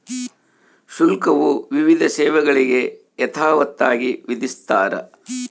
ಶುಲ್ಕವು ವಿವಿಧ ಸೇವೆಗಳಿಗೆ ಯಥಾವತ್ತಾಗಿ ವಿಧಿಸ್ತಾರ